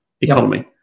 economy